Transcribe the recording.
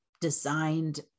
designed